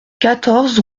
quatorze